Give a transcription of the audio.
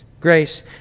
grace